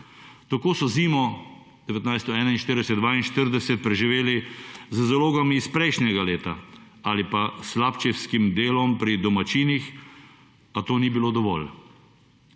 Tako so zimo 1941, 1942, preživeli z zalogami iz prejšnjega leta ali pa s hlapčevskim delom pri domačinih, a to ni bilo dovolj.